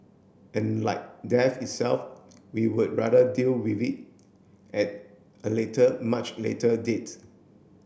and like death itself we would rather deal with it at a later much later date